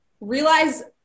realize